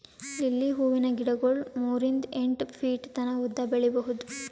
lily ಹೂವಿನ ಗಿಡಗೊಳ್ ಮೂರಿಂದ್ ಎಂಟ್ ಫೀಟ್ ತನ ಉದ್ದ್ ಬೆಳಿಬಹುದ್